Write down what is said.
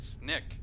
Nick